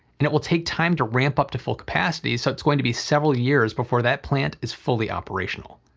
and it will take time to ramp up to full capacity, so it's going to be several years before that plant is fully operational.